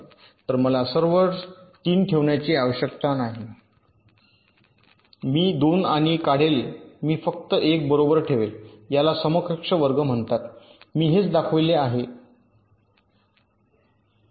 तर मला सर्व 3 ठेवण्याची आवश्यकता नाही मी 2 आणि काढेल मी फक्त 1 बरोबर ठेवेल याला समकक्ष वर्ग म्हणतात मी हेच दाखवले आहे स्लाइड